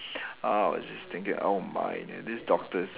I was just thinking oh my these doctors